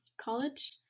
college